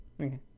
okay